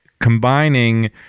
combining